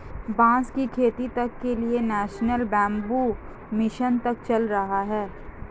बांस की खेती तक के लिए नेशनल बैम्बू मिशन तक चल रहा है